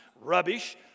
rubbish